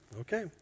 Okay